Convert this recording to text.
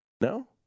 No